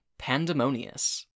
Pandemonious